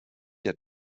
der